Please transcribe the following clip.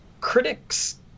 critics